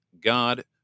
God